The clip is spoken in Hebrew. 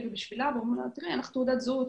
ועבורה ואומרים לה שאין לה תעודת זהות.